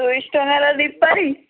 ଦୁଇଶହ ଟଙ୍କାର ଦୀପାଳି